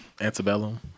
Antebellum